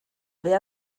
wer